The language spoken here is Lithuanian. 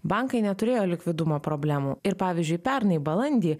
bankai neturėjo likvidumo problemų ir pavyzdžiui pernai balandį